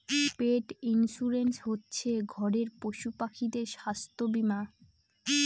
পেট insurance হচ্ছে ঘরের পশুপাখিদের স্বাস্থ্য বীমা